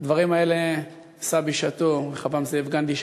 את הדברים האלה נשא בשעתו רחבעם זאבי גנדי,